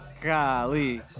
golly